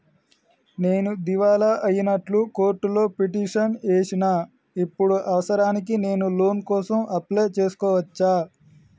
నేను దివాలా అయినట్లు కోర్టులో పిటిషన్ ఏశిన ఇప్పుడు అవసరానికి నేను లోన్ కోసం అప్లయ్ చేస్కోవచ్చా?